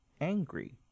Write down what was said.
angry